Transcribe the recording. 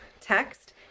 text